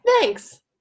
Thanks